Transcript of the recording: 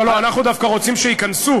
לא, לא, אנחנו דווקא רוצים שייכנסו,